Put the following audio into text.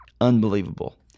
unbelievable